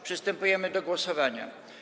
Przystępujemy do głosowania.